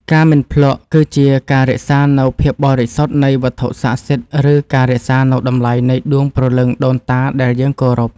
ការមិនភ្លក្ស គឺជាការរក្សានូវភាពបរិសុទ្ធនៃវត្ថុស័ក្តិសិទ្ធិ ឬការរក្សានូវតម្លៃនៃដួងព្រលឹងដូនតាដែលយើងគោរព។